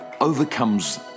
overcomes